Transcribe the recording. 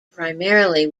primarily